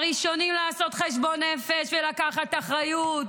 הראשונים לעשות חשבון נפש ולקחת אחריות